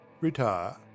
Retire